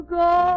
go